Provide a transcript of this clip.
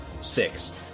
Six